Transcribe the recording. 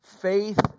faith